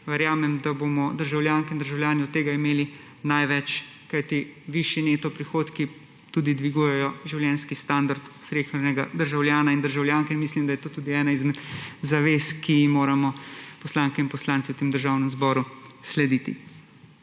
Verjamem, da bomo državljanke in državljani od tega imeli največ, kajti višji neto prihodki tudi dvigujejo življenjski standard slehernega državljana in državljanke in mislim, da je to tudi ena izmed zavez, ki jim moramo poslanke in poslanci v tem državnem zboru slediti.